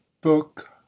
book